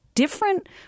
different